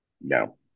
no